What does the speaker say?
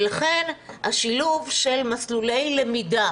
ולכן, השילוב של מסלולי למידה